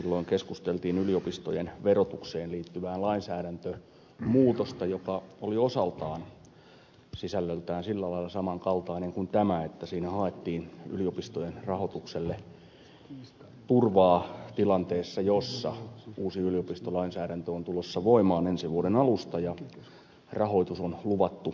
silloin keskusteltiin yliopistojen verotukseen liittyvästä lainsäädäntömuutoksesta joka oli osaltaan sisällöltään sillä lailla saman kaltainen kuin tämä että siinä haettiin yliopistojen rahoitukselle turvaa tilanteessa jossa uusi yliopistolainsäädäntö on tulossa voimaan ensi vuoden alusta ja rahoitus on luvattu järjestää